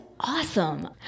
Awesome